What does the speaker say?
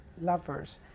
lovers